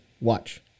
watch